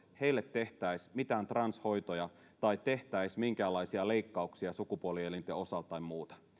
tehtäisiin mitään transhoitoja tai tehtäisiin minkäänlaisia leikkauksia sukupuolielinten osalta tai muuta